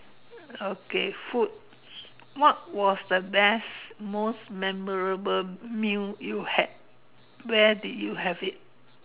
okay food what was the best most memorable meal you had where did you have it